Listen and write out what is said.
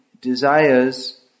desires